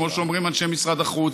כמו שאומרים אנשי משרד החוץ,